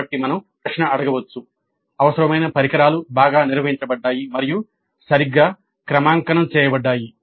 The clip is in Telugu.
కాబట్టి మనం ప్రశ్న అడగవచ్చు "అవసరమైన పరికరాలు బాగా నిర్వహించబడ్డాయి మరియు సరిగ్గా క్రమాంకనం చేయబడ్డాయి